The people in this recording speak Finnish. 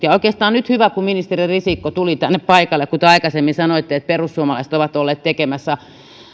oikeastaan on nyt hyvä kun ministeri risikko tuli tänne paikalle te aikaisemmin sanoitte että perussuomalaiset ovat olleet tekemässä